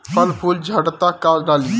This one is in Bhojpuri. फल फूल झड़ता का डाली?